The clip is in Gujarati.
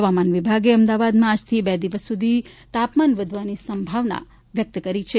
હવામાન વિભાગે અમદાવાદમાં આજથી બે દિવસ સુધી તાપમાન વધવાની સંભાવના વ્યક્ત કરી છે